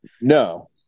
No